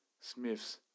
Smiths